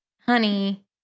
honey